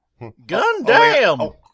Gundam